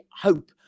hope